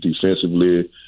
defensively